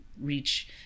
reach